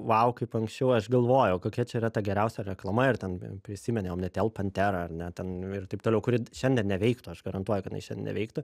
vau kaip anksčiau aš galvojau kokia čia yra ta geriausia reklama ir ten prisimeni omnitel panterą ar ne ten ir taip toliau kuri šiandien neveiktų aš garantuoju kad jinai šiandien neveiktų